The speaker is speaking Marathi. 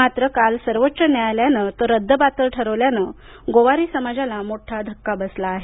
मात्र काल सर्वोच न्यायाल्यानं तो रद्दबातल ठरवल्यानं गोवारी समाजाला मोठा धक्का बसला आहे